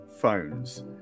phones